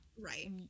Right